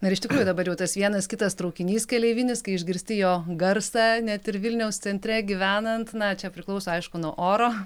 na ir iš tikrųjų dabar jau tas vienas kitas traukinys keleivinis kai išgirsti jo garsą net ir vilniaus centre gyvenant na čia priklauso aišku nuo oro